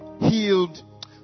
healed